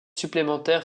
supplémentaires